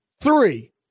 Three